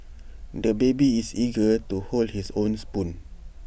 the baby is eager to hold his own spoon